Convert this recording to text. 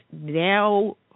now